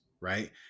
right